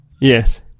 Yes